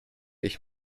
ich